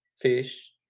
fish